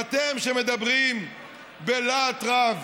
ואתם, שמדברים בלהט רב